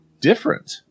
different